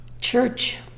church